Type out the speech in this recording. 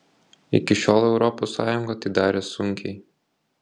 iki šiol europos sąjunga tai darė sunkiai